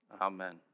Amen